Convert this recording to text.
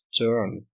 turn